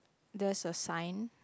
there's a sign